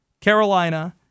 Carolina